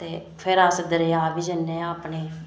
ते फिर अस दरेआ बी जन्ने आं अपने